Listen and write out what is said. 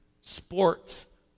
sports